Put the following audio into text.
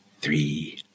three